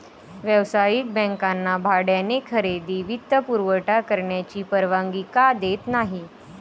व्यावसायिक बँकांना भाड्याने खरेदी वित्तपुरवठा करण्याची परवानगी का देत नाही